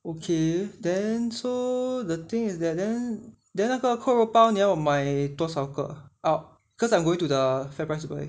okay then so the thing is that then then 那个扣肉包你要我买多少个 out cause I'm going to the FairPrice anyway